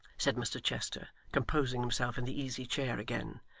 said mr chester, composing himself in the easy-chair again.